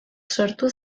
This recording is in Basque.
sortu